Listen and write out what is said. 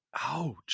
Ouch